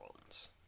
ones